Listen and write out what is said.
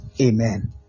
Amen